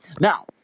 Now